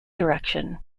direction